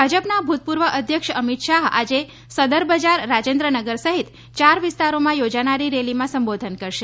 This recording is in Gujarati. ભાજપના ભૂતપૂર્વ અધ્યક્ષ અમિત શાહ આજે સદરબજાર રાજેન્દ્રનગર સહિત ચાર વિસ્તારોમાં યોજાનારી રેલીમાં સંબોધન કરશે